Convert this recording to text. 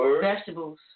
vegetables